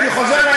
כן, אני רוצה.